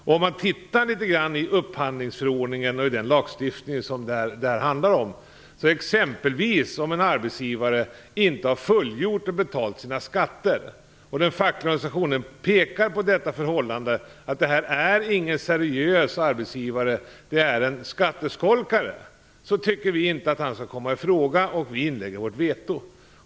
Om man tittar litet grand i upphandlingsförordningen och i den lagstiftning som det handlar om ser man, att om exempelvis en arbetsgivare inte har fullgjort sina skyldigheter och betalat sina skatter kan den fackliga organisationen peka på det förhållandet att det inte är en seriös arbetsgivare utan en skatteskolkare och säga att han inte bör komma i fråga och inlägga veto.